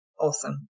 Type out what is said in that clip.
awesome